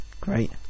great